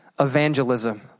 evangelism